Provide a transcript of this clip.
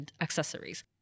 accessories